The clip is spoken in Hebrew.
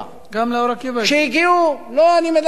עוד לא הגענו למסתננים.